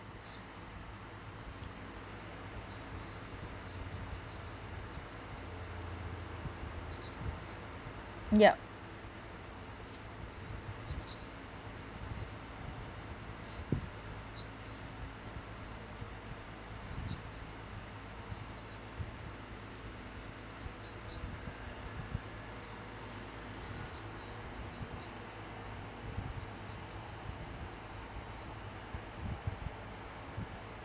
yup